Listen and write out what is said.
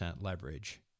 leverage